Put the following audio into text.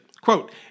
quote